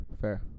fair